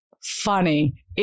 funny